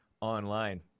online